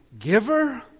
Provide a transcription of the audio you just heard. giver